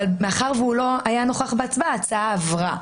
מה מקור ההסמכה,